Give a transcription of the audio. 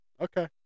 Okay